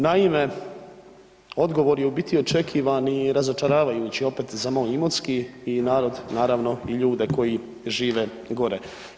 Naime, odgovor je u biti očekivani i razočaravajući opet za moj Imotski i narod naravno i ljude koji žive gore.